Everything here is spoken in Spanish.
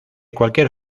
cualquier